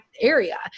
area